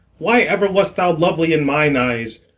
why ever wast thou lovely in mine eyes?